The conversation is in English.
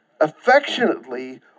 affectionately